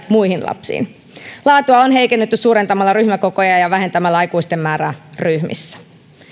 muihin lapsiin laatua on heikennetty suurentamalla ryhmäkokoja ja ja vähentämällä aikuisten määrää ryhmissä